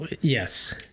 Yes